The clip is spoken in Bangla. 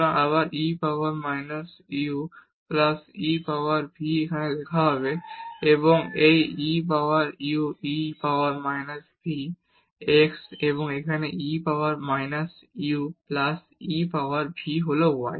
সুতরাং আবার e power minus u plus e power v এখানে লেখা হবে এবং তারপর এই e power u plus e power minus v হল x এবং এখানে e power minus u plus e power v হল y